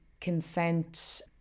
consent